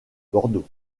bordeaux